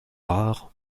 rares